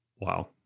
Wow